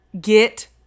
Get